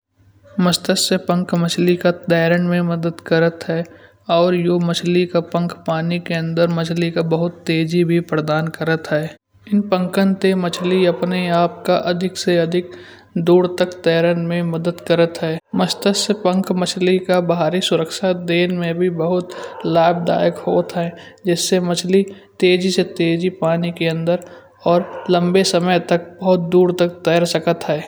मस्तीक से पंख मछले का तैरन में मदद करत है। और यह मछले का पंख पाने के अंदर मछली का बहुत तेजी भी प्रदान कराता है। इन पंखन ते मछले अपने आप का अधिक से अधिक दूर तक तैरन में मदद करत है। मस्तीक से पंख मछले का भारी सुरक्षा देन में भी बहुत लाभदायक होत है। जिससे मछले तेजी से तेजी पानी के अंदर और लंबे समय तक बहुत दूर तक तैर सकत है।